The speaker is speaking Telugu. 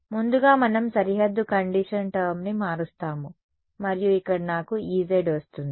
ముందుగా మనం సరిహద్దు కండిషన్ టర్మ్ని మారుస్తాము మరియు ఇక్కడ నాకు Ez వస్తుంది